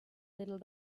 little